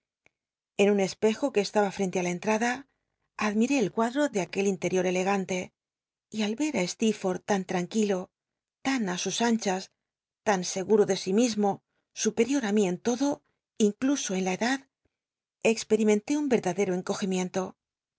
en un espejo que estaba ftente t la en t rada admiré el cuadro de aque l iner á sleerforth tanllanquilo terior elegante y al y tan á sus anchas tan seguro de sí mismo superior á mí en todo incl uso en la edad experimenté un y erdadero encogimiento